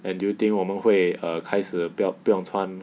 and do you think 我们会 err 开始不不用穿